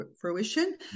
fruition